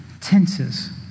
tenses